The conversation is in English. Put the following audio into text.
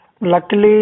Luckily